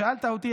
שאלת אותי,